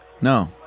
No